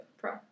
pro